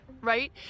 right